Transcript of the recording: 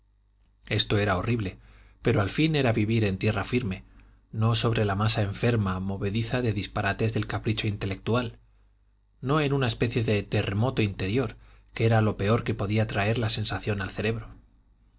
esto era horrible pero al fin era vivir en tierra firme no sobre la masa enferma movediza de disparates del capricho intelectual no en una especie de terremoto interior que era lo peor que podía traer la sensación al cerebro